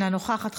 אינה נוכחת,